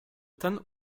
ten